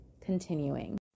continuing